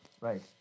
right